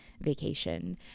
vacation